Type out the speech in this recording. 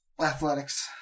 Athletics